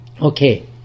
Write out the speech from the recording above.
Okay